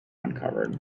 uncovered